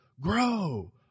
grow